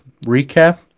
recap